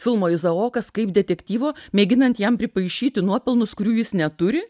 filmo izaokas kaip detektyvo mėginant jam pripaišyti nuopelnus kurių jis neturi